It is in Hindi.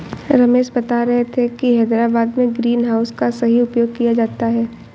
रमेश बता रहे थे कि हैदराबाद में ग्रीन हाउस का सही उपयोग किया जाता है